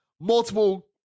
multiple